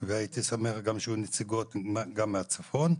והייתי שמח גם שיהיו נציגות מצפון הארץ.